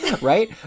right